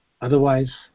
Otherwise